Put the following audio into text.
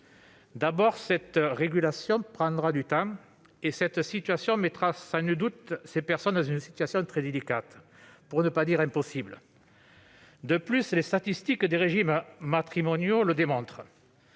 D'abord, cette régulation prendra du temps et cette situation mettra sans nul doute ces personnes dans une position très délicate, pour ne pas dire impossible. Ensuite, les statistiques des régimes matrimoniaux le démontrent,